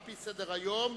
על-פי סדר-היום,